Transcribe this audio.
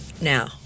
now